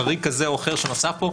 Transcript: חריג כזה או אחר שנעשה פה,